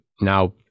now